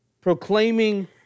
Proclaiming